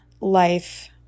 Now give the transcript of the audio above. life